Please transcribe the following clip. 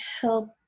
help